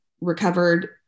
recovered